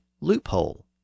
loophole